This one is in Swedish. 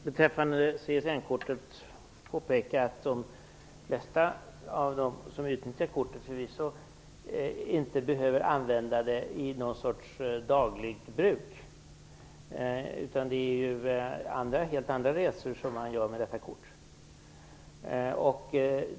Herr talman! Beträffande CSN-kortet vill jag påpeka att de flesta av dem som utnyttjar kortet förvisso inte behöver använda det i något sorts dagligt bruk, utan det är helt andra resor man gör med det här kortet.